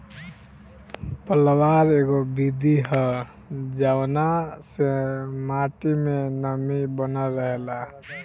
पलवार एगो विधि ह जवना से माटी मे नमी बनल रहेला